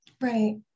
Right